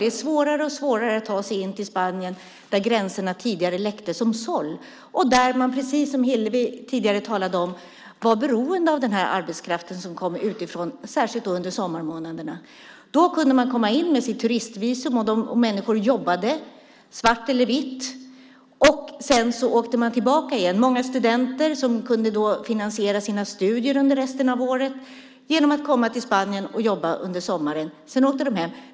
Det är svårare att ta sig in till Spanien där gränserna tidigare läckte som såll och där man, precis som Hillevi tidigare talade om, var beroende av den arbetskraft som kom utifrån, särskilt under sommarmånaderna. Då kunde man komma in med sitt turistvisum. Människor jobbade, svart eller vitt, och sedan åkte de tillbaka. Många studenter kunde finansiera sina studier under resten av året genom att komma till Spanien och jobba under sommaren. Sedan åkte de hem.